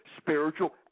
spiritual